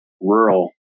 rural